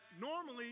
normally